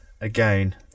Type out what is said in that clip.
again